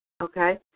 okay